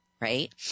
right